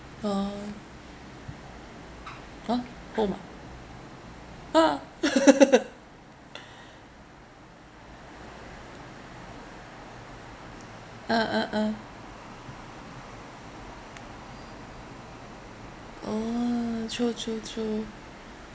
ah uh home ah !huh! uh uh uh oh true true true